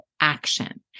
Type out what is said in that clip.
action